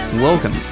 Welcome